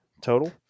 total